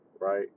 right